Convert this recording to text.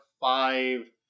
five